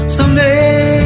Someday